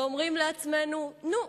ואומרים לעצמנו: נו,